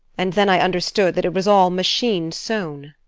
and then i understood that it was all machine-sewn.